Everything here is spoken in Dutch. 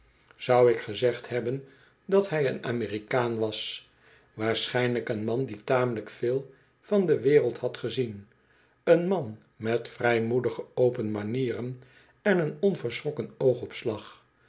dat hij een amerikaan was waarschijnlijk een man die tamelijk veel van de wereld had gezien een man met vrijmoedige open manieren en een onverschrokken oogopslag